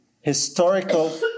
historical